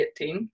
18